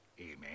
Amen